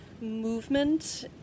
movement